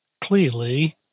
clearly